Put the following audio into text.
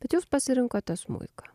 bet jūs pasirinkote smuiką